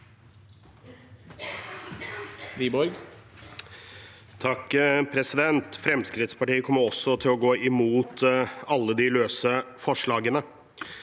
Fremskrittspartiet kommer også til å gå imot alle de løse forslagene.